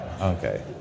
Okay